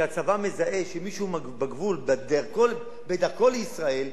כשהצבא מזהה שמישהו בגבול הוא בדרכו לישראל,